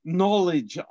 knowledge